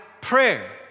prayer